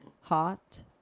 hot